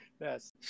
yes